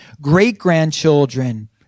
great-grandchildren